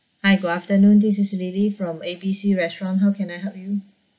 hi good afternoon this is lily from A B C restaurant how can I help you